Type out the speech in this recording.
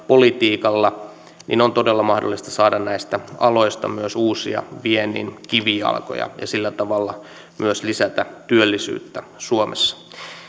politiikalla on todella mahdollista saada näistä aloista myös uusia viennin kivijalkoja ja sillä tavalla myös lisätä työllisyyttä suomessa